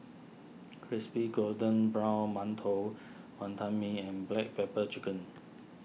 Crispy Golden Brown Mantou Wonton Mee and Black Pepper Chicken